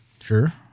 Sure